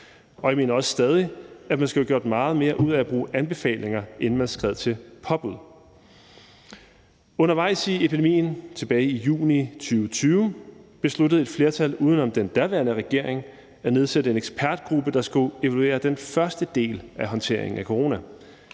og jeg mener også stadig, at man skulle have gjort meget mere ud af at bruge anbefalinger, inden man skred til påbud. Undervejs i epidemien, tilbage i juni 2020, besluttede et flertal uden om den daværende regering at nedsætte en ekspertgruppe, der skulle evaluere den første del af håndteringen af corona.